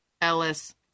Ellis